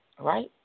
right